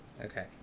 Okay